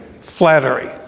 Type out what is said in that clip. Flattery